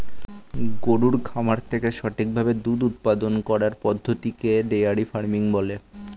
গরুর খামার থেকে সঠিক ভাবে দুধ উপাদান করার পদ্ধতিকে ডেয়ারি ফার্মিং বলে